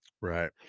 right